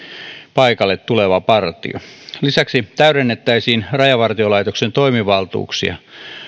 paikalle tuleva partio lisäksi täydennettäisiin rajavartiolaitoksen toimivaltuuksia